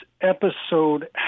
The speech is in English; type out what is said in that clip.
episode